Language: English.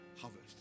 harvest